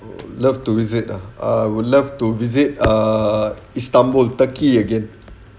love to visit ah I would love to visit uh istanbul turkey again